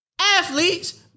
Athletes